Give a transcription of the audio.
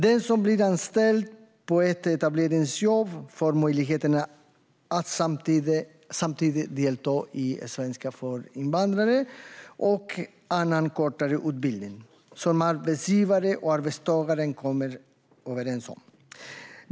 Den som blir anställd på ett etableringsjobb får möjlighet att samtidigt delta i svenska för invandrare och annan kortare utbildning som arbetsgivaren och arbetstagaren kommer överens om.